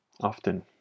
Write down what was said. often